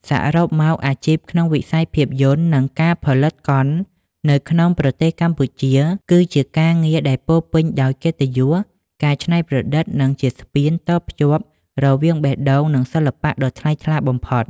សរុបមក អាជីពក្នុងវិស័យភាពយន្ត និងការផលិតកុននៅក្នុងប្រទេសកម្ពុជា គឺជាការងារដែលពោរពេញដោយកិត្តិយស ការច្នៃប្រឌិត និងជាស្ពានតភ្ជាប់រវាងបេះដូង និងសិល្បៈដ៏ថ្លៃថ្លាបំផុត។